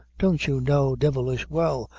don't you know, devilish well,